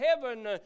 heaven